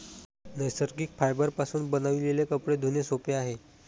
नैसर्गिक फायबरपासून बनविलेले कपडे धुणे सोपे आहे